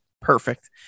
perfect